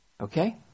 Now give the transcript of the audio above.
Okay